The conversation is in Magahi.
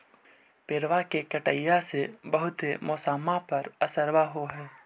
पेड़बा के कटईया से से बहुते मौसमा पर असरबा हो है?